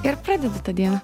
ir pradėti tą dieną